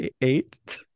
Eight